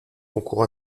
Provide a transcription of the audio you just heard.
concours